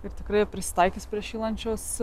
ir tikrai prisitaikys prie šylančios